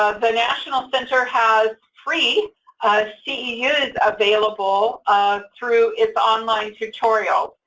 ah the national center has free ceus available through its online tutorial.